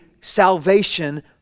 salvation